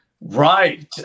Right